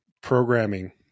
programming